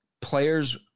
players